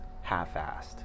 half-assed